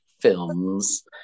Films